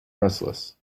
restless